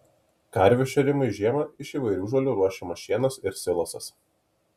karvių šėrimui žiemą iš įvairių žolių ruošiamas šienas ir silosas